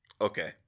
Okay